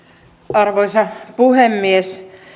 arvoisa puhemies